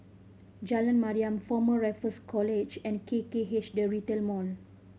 Jalan Mariam Former Raffles College and K K H The Retail Mall